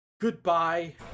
Goodbye